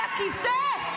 על הכיסא?